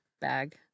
bag